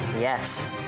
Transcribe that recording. Yes